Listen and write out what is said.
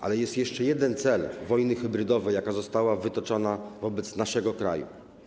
Ale jest jeszcze jeden cel wojny hybrydowej, jaka została wytoczona wobec naszego kraju.